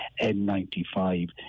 N95